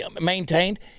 maintained